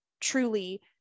truly